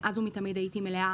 מאז ומתמיד הייתי מלאה,